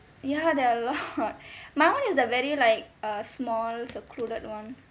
ya there are a lot my [one] is the very like a small secluded [one]